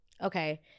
Okay